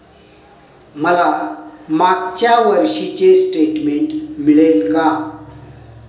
मला मागच्या वर्षीचे स्टेटमेंट मिळेल का?